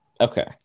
Okay